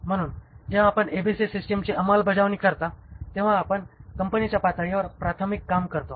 म्हणून जेव्हा आपण ABC सिस्टमची अंमलबजावणी करता तेव्हा आपण कंपनीच्या पातळीवर प्राथमिक काम करतो